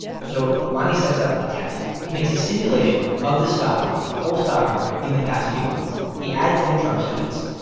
so mani sets up a test. he makes a simulation of the stock market, the whole stock market in the past few months. he adds in trump's tweets.